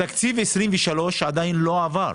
אבל תקציב 2023 עדיין לא עבר,